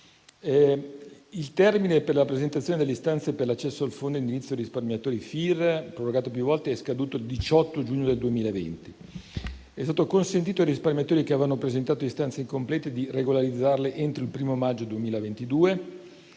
Il termine per la presentazione delle istanze per l'accesso al Fondo indennizzo risparmiatori (FIR), prorogato più volte, è scaduto il 18 giugno 2020. È stato consentito ai risparmiatori che avevano presentato istanze incomplete di regolarizzarle entro il 1° maggio 2022;